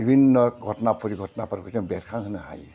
बिभिन्न' घटना परिघटनाफोरखौ जों बेरखां होनो हायो